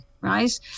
Right